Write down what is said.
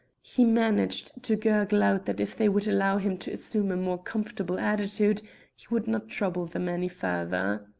he managed to gurgle out that if they would allow him to assume a more comfortable attitude he would not trouble them any further.